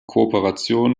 kooperation